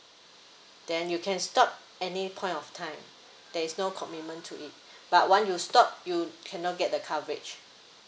then you can stop any point of time there is no commitment to it but once you stop you cannot get the coverage